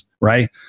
right